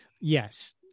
yes